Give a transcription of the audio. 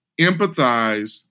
empathize